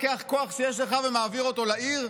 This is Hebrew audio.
בתור שר אתה לוקח כוח שיש לך ומעביר אותו לעיר?